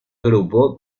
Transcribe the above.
grupo